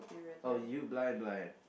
oh you blind blind